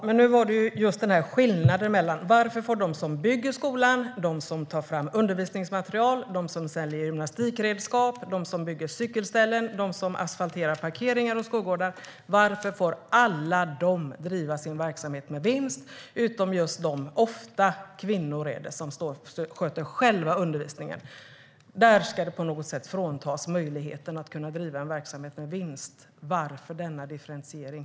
Fru talman! Nu var frågan just varför alla de som bygger skolan, tar fram undervisningsmaterial, säljer gymnastikredskap, bygger cykelställ och asfalterar parkeringar och skolgårdar får driva sin verksamhet med vinst och inte de, ofta kvinnor, som sköter själva undervisningen. Där ska möjligheten att driva verksamheten med vinst fråntas dem. Varför denna differentiering?